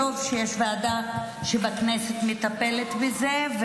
טוב שיש ועדה בכנסת שמטפלת בזה,